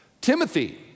Timothy